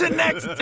ah next